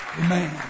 Amen